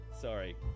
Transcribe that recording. sorry